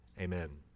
amen